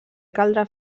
caldrà